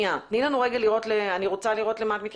אני רוצה לראות למה את מתייחסת,